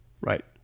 right